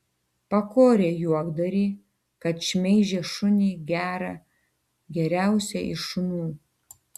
pakorė juokdarį kad šmeižė šunį gerą geriausią iš šunų